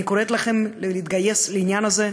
אני קוראת לכם להתגייס לעניין הזה,